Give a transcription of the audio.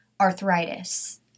arthritis